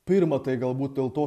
pirma tai galbūt dėl to